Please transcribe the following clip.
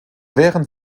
während